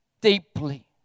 deeply